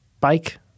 bike